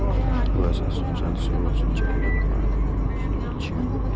वर्षा जल सेहो सिंचाइ लेल पानिक प्रमुख स्रोत छियै